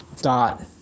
Dot